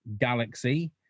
Galaxy